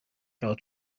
fel